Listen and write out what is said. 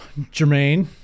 Jermaine